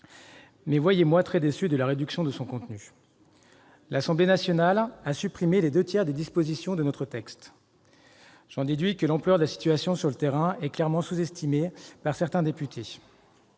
suis aussi très déçu de la réduction de son contenu. L'Assemblée nationale a supprimé les deux tiers des dispositions de notre texte. J'en déduis que l'ampleur de la situation sur le terrain est clairement sous-estimée par certains députés.